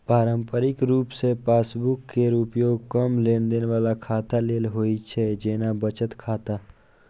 पारंपरिक रूप सं पासबुक केर उपयोग कम लेनदेन बला खाता लेल होइ छै, जेना बचत खाता